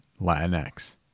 Latinx